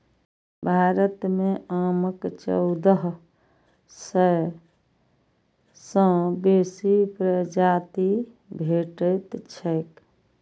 भारत मे आमक चौदह सय सं बेसी प्रजाति भेटैत छैक